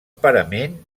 parament